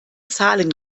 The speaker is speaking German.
zahlen